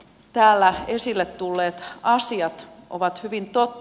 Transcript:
täällä esille tulleet asiat ovat hyvin totta